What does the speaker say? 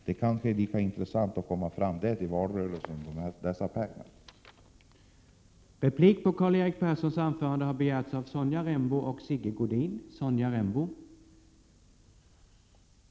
Det kanske är lika intressant att det kommer fram i valrörelsen som att pengarna går till rätt adressat.